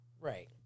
Right